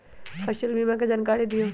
फसल बीमा के जानकारी दिअऊ?